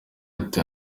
ati